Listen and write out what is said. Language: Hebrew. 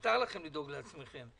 מותר לכם לדאוג לעצמכם.